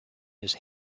his